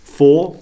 four